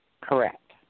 Correct